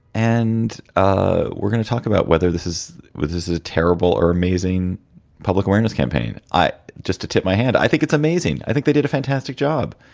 and ah we're gonna talk about whether this is this is terrible or amazing public awareness campaign. i just to tip my hand. i think it's amazing. i think they did a fantastic job.